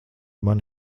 mani